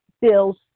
Bill's